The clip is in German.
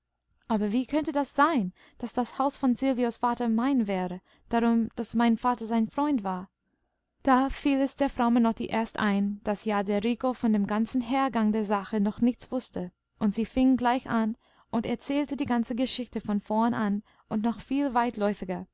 aber wie könnte das sein daß das haus von silvios vater mein wäre darum daß mein vater sein freund war da fiel es der frau menotti erst ein daß ja der rico von dem ganzen hergang der sache noch nichts wußte und sie fing gleich an und erzählte die ganze geschichte von vorn an und noch viel